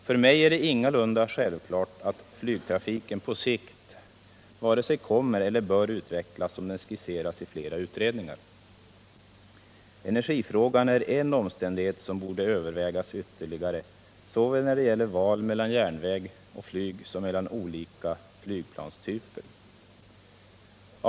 För mig är det ingalunda självklart att flygtrafiken på sikt vare sig kommer att eller bör utvecklas som den skisserats i flera utredningar. Energifrågan är en omständighet som borde övervägas ytterligare när det gäller såväl val mellan järnväg och flyg som val mellan olika flygplanstyper.